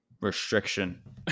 restriction